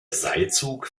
seilzug